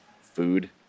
food